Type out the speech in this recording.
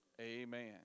amen